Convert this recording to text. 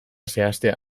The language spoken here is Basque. zehaztea